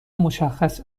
مشخص